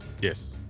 Yes